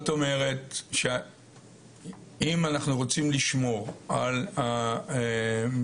אומרת שאם אנחנו רוצים לשמור על שיעור